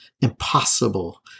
impossible